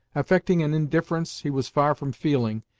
affecting an indifference he was far from feeling,